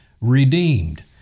redeemed